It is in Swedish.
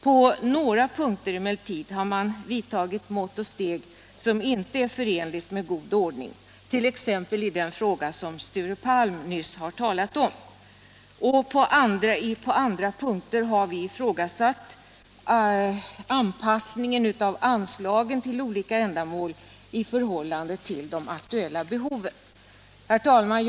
På några punkter har man emellertid vidtagit mått och steg som inte är förenliga med god ordning, t.ex. i den fråga som Sture Palm nyss talade om. På andra punkter har vi ifrågasatt anpassningen av anslagen till olika ändamål i förhållande till de aktuella behoven. Herr talman!